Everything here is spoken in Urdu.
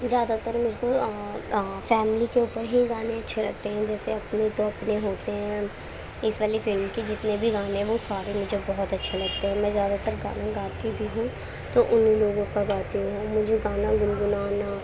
زیادہ تر میرے کو فیملی کے اوپر ہی گانے اچھے لگتے ہیں جیسے اپنے تو اپنے ہوتے ہیں اس والی فلم کے جتنے بھی گانے ہیں وہ سارے مجھے بہت اچھے لگتے ہیں اور میں زیادہ تر گانے گاتی بھی ہوں تو انہیں لوگوں کا گاتی ہوں مجھے گانا گنگنانا